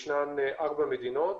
ישנן ארבע מדינות